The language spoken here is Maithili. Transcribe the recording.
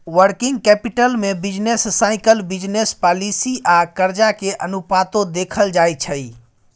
वर्किंग कैपिटल में बिजनेस साइकिल, बिजनेस पॉलिसी आ कर्जा के अनुपातो देखल जाइ छइ